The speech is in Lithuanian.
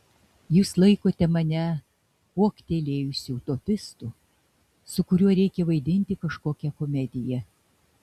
jūs laikote mane kuoktelėjusiu utopistu su kuriuo reikia vaidinti kažkokią komediją